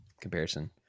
comparison